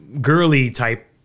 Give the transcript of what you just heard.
girly-type